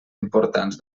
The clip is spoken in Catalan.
importants